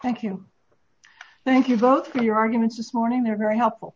quack you thank you both for your arguments this morning they're very helpful